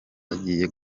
bagiye